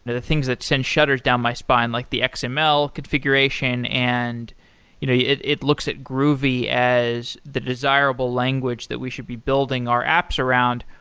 and the things that send shudders down my spine, like the xml configuration. and you know yeah it it looks at groovy as the desirable language that we should be building our apps around.